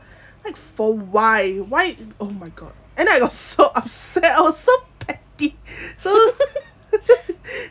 and for why why oh my god and I got so upset I was so petty